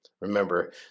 Remember